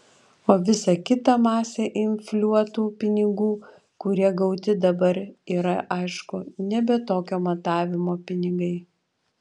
o visa kita masė infliuotų pinigų kurie gauti dabar yra aišku nebe tokio matavimo pinigai